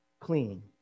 clean